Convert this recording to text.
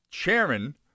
chairman